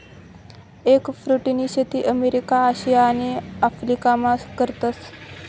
एगफ्रुटनी शेती अमेरिका, आशिया आणि आफरीकामा करतस